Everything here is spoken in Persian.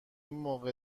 موقع